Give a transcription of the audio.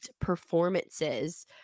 performances